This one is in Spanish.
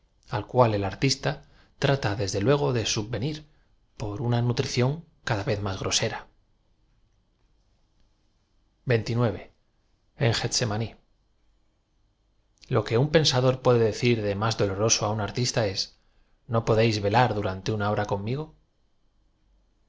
al cual el artista trata desde luego de subvenir por una nutrición cada vez más grosera aí o que nn peusador puode decir de mós doloroso a ub artista ea no podéis velar durante una bora conmigofp